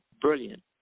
brilliant